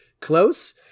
close